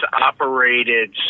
operated